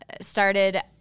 Started